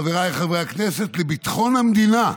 חבריי חברי הכנסת, לביטחון המדינה.